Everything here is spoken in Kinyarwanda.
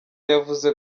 yavuze